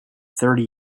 thirty